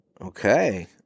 Okay